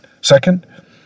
Second